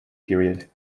period